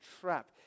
trap